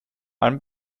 allem